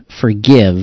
forgive